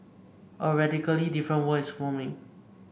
a radically different world is forming